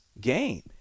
game